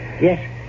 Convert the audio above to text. Yes